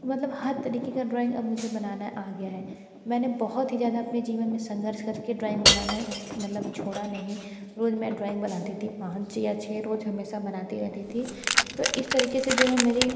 मतलब हर तरीक़े की ड्राॅइंग अब मुझे बनाने आ गया है मैंने बहुत ही ज़्यादा अपने जीवन में संघर्ष कर के ड्राॅइंग बनाना मतलब छोड़ा नहीं रोज़ मैं ड्राॅइंग बनाती थी पाँच या छः रोज़ हमेशा बनाती रहती थी तो इस तरीक़े से जो है मेरी